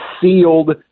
sealed